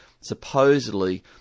supposedly